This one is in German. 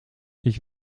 ich